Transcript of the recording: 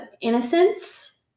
innocence